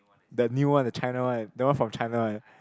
the new one the China one the one from China one